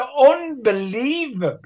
unbelievably